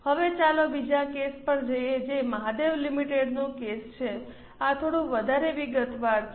હવે ચાલો બીજા કેસ પર જઈએ જે મહાદેવ લિમિટેડનો કેસ છે આ થોડું વધારે વિગતવાર છે